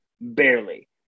barely